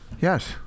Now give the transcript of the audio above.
Yes